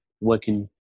working